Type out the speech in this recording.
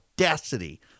audacity